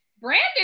Brandon